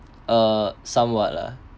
uh somewhat ah